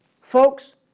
folks